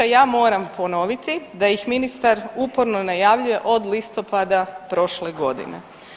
Ja moram ponoviti da ih ministar uporno najavljuje od listopada prošle godine.